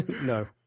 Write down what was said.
No